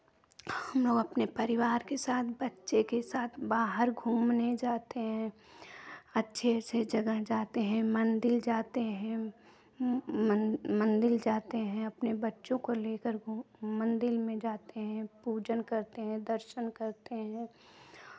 हमलोग अपने परिवार के साथ बच्चे के साथ बाहर घूमने जाते हैं अच्छे अच्छे जगह जाते हैं मंदिर जाते हैं मंदिर जाते हैं अपने बच्चों को लेकर मंदिर में जाते हैं पूजन करते हैं दर्शन करते हैं